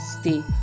stay